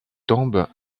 tombe